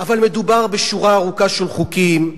אבל מדובר בשורה ארוכה של חוקים,